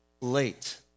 late